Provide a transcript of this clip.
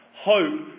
Hope